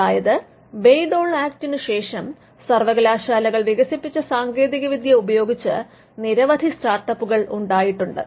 അതായത് Bayh Dole ആക്റ്റിന് ശേഷം സർവ്വകലാശാലകൾ വികസിപ്പിച്ച സാങ്കേതികവിദ്യ ഉപയോഗിച്ച് നിരവധി സ്റ്റാർട്ടപ്പുകൾ ഉണ്ടായിട്ടുണ്ട്